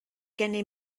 gennym